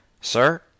Sir